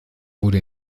wurde